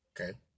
okay